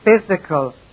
physical